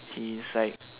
he's like